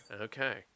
Okay